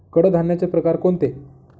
कडधान्याचे प्रकार कोणते?